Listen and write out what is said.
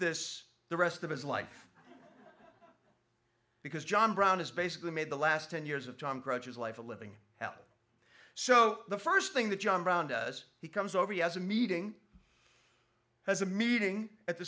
this the rest of his life because john brown has basically made the last ten years of time crunches life a living hell so the first thing that john brown does he comes over he has a meeting has a meeting at the